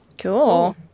Cool